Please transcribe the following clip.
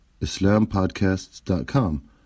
islampodcasts.com